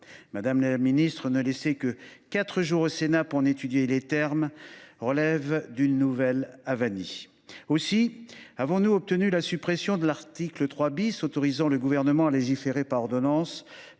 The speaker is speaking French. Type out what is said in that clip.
Madame la secrétaire d’État, ne laisser que quatre jours au Sénat pour en étudier les termes relève d’une nouvelle avanie ! Aussi avons nous obtenu la suppression de l’article 3 autorisant le Gouvernement à légiférer par ordonnance